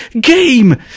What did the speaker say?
game